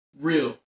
Real